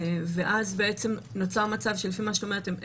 ואז בעצם נוצר מצב שלפי מה שאת אומרת הם